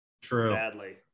True